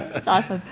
it's awesome.